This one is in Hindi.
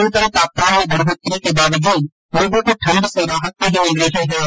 न्यूनतम तापमान में बढोतरी के बावजूद लोगो को ठण्ड से राहत नहीं मिल रही है